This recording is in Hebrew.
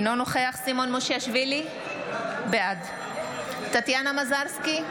אינו נוכח סימון מושיאשוילי, בעד טטיאנה מזרסקי,